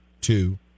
two